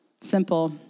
Simple